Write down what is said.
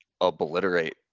obliterate